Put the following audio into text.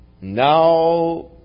Now